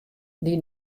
myn